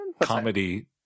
comedy